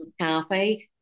Cafe